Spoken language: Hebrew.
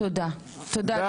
זה הכול.